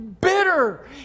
bitter